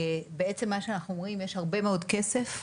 בעצם מה שאנחנו אומרים זה שיש הרבה מאוד כסף,